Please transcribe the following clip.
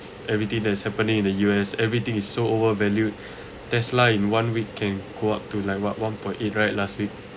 everything that is happening in the U_S everything is so overvalued Tesla in one week can go up to like what one point eight right last week